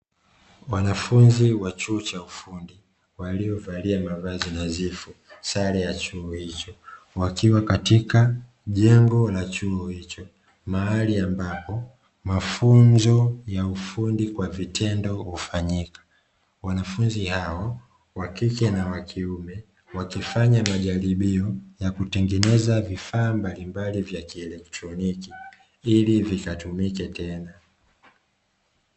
Wanafunzi wa chuo cha ufundi waliovalia mavazi nadhifu sare ya chuo hicho, wakiwa katika jengo la chuo hicho mahali ambapo mafunzo ya ufundi kwa vitendo hufanyika. Wanafunzi hao (wa kike na wa kiume) wakifanya majaribio ya kutengeneza vifaa mbalimbali vya kieletroniki ili vikatumike tena.